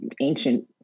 ancient